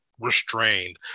restrained